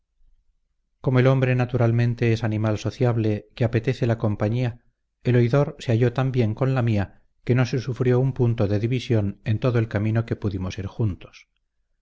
como el hombre naturalmente es animal sociable que apetece la compañía el oidor se halló tan bien con la mía que no se sufrió un punto de división en todo el camino que pudimos ir juntos